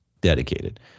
dedicated